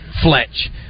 Fletch